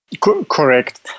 Correct